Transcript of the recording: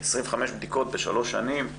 25 בדיקות בשלוש שנים,